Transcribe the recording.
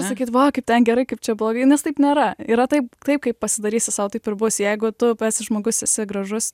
sakyt va kaip ten gerai kaip čia blogai nes taip nėra yra taip taip kaip pasidaryti sau taip ir bus jeigu tu esi žmogus esi gražus